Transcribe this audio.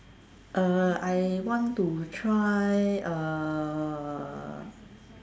uh I want to try uh